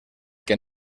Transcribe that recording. que